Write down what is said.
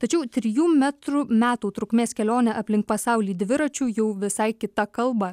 tačiau trijų metrų metų trukmės kelionė aplink pasaulį dviračiu jau visai kita kalba